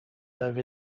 over